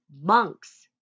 monks